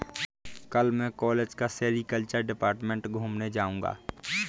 कल मैं कॉलेज का सेरीकल्चर डिपार्टमेंट घूमने जाऊंगा